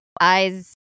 eyes